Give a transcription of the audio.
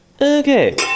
Okay